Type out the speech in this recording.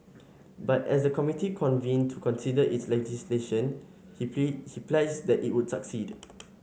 but as the committee convened to consider its legislation he he pledged that it would succeed